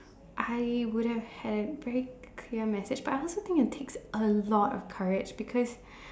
I would have had break clear message but I also think that takes a lot of courage because